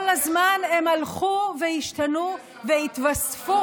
כל הזמן הן הלכו והשתנו והתווספו,